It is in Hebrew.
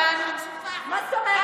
תרנגולת קרקרנית, זה בדיוק מה שאת.